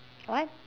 what